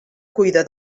cuida